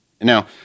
Now